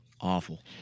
Awful